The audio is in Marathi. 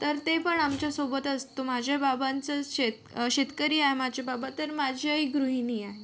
तर ते पण आमच्यासोबत असतो माझ्या बाबांचं शेत शेतकरी आहे माझे बाबा तर माझी आई गृहिणी आहे